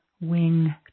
wing